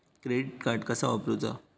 Credit card कसा वापरूचा?